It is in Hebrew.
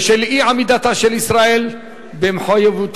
בשל אי-עמידתה של ישראל במחויבותה